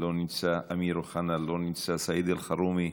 לא נמצא, אמיר אוחנה, לא נמצא, סעיד אלחרומי,